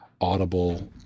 audible